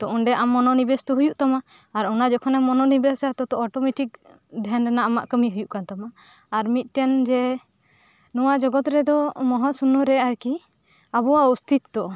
ᱛᱳ ᱟᱢ ᱛᱳ ᱢᱚᱱᱚᱱᱤᱵᱮᱥ ᱛᱳ ᱦᱩᱭᱩᱜ ᱛᱟᱢᱟ ᱟᱨ ᱚᱱᱟ ᱡᱚᱠᱷᱚᱱᱮᱢ ᱢᱚᱱᱚᱱᱤᱵᱮᱥᱟ ᱚᱴᱳᱢᱤᱴᱤᱠ ᱫᱷᱭᱮᱭᱟᱱ ᱨᱟᱭᱟᱜ ᱟᱢᱟᱜ ᱠᱟᱹᱢᱤ ᱦᱩᱭᱩᱜ ᱠᱟᱱ ᱛᱟᱢᱟ ᱟᱨ ᱢᱤᱫᱴᱮᱱ ᱡᱮ ᱱᱚᱣᱟ ᱡᱚᱜᱚᱛ ᱨᱮᱫᱚ ᱢᱚᱡᱦᱟ ᱥᱩᱱᱭᱚ ᱨᱮ ᱟᱨᱠᱤ ᱟᱵᱚᱭᱟᱜ ᱚᱥᱛᱷᱤᱛᱚ